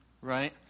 right